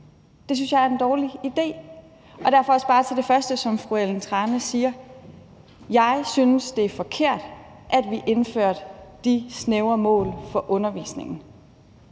Det synes jeg er en dårlig idé. Derfor vil jeg også bare til det første, som fru Ellen Trane Nørby siger, sige: Jeg synes, det er forkert, at vi indførte de snævre mål for undervisningen.